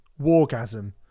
Wargasm